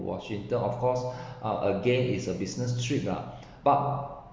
washington of course uh again is a business trip lah but